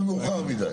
מהאופוזיציות.